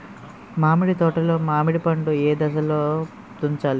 మామిడి తోటలో మామిడి పండు నీ ఏదశలో తుంచాలి?